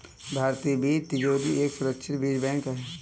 भारतीय बीज तिजोरी एक सुरक्षित बीज बैंक है